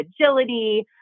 agility